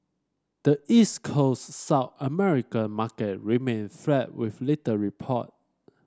the East Coast South American market remained flat with little report